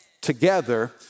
Together